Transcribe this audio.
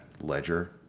ledger